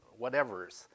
whatevers